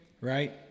Right